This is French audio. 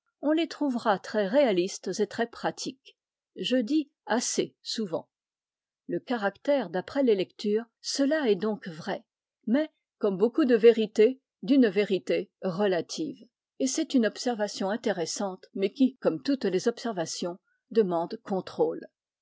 on les trouvera très réalistes et très pratiques je dis assez souvent le caractère d'après les lectures cela est donc vrai mais comme beaucoup de vérités d'une vérité relative et c'est une observation intéressante mais qui comme toutes les observations demande contrôle